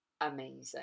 amazing